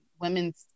women's